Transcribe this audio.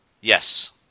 Yes